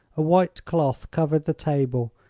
a white cloth covered the table,